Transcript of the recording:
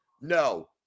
no